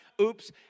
oops